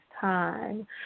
time